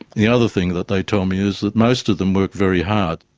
the other thing that they tell me is that most of them work very hard,